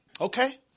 okay